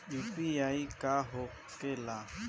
UPI का होके ला?